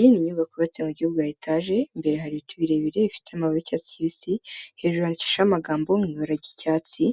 Iyi ni inyubako yubatse mu buryo bwa etaje, imbere hari ibiti ibirebire bifite amababi y'icyatsi kibisi, hejuru handikishijeho amagambo mu ibara ry'icyatsi,